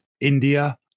India